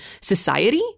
society